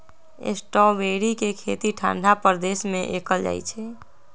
strawberry के खेती ठंडा प्रदेश में कएल जाइ छइ